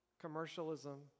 commercialism